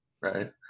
right